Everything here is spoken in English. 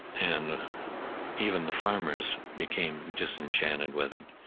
and even the farmers became disenchanted with it.